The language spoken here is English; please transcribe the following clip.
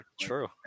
true